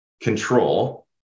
control